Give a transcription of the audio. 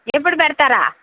ఇప్పుడు పెడతారా